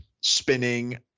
Spinning